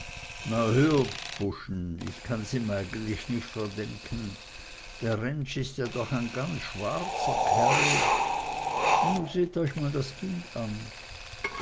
buschen ich kann's ihm eigentlich nicht verdenken der rentsch is ja doch ein ganz schwarzer kerl un nu seht euch mal das kind an